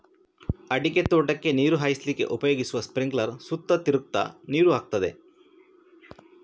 ಅಡಿಕೆ ತೋಟಕ್ಕೆ ನೀರು ಹಾಯಿಸ್ಲಿಕ್ಕೆ ಉಪಯೋಗಿಸುವ ಸ್ಪಿಂಕ್ಲರ್ ಸುತ್ತ ತಿರುಗ್ತಾ ನೀರು ಹಾಕ್ತದೆ